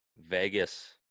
Vegas